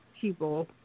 people